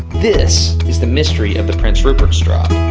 this is the mystery of the prince rupert's drop.